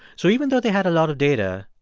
so even though they had a lot of data,